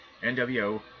NWO